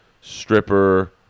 stripper